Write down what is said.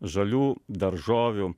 žalių daržovių